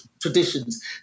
traditions